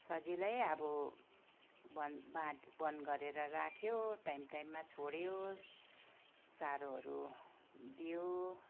सजिलै अब बन्द बाध् बन्द गरेर राख्यो टाइम टाइममा छोड्यो चारोहरू दियो